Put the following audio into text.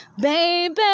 baby